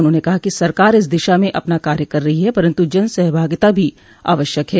उन्होंने कहा कि सरकार इस दिशा में अपना कार्य कर रही है परन्तु जन सहभागिता भी आवश्यक है